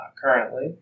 currently